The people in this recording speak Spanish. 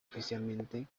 oficialmente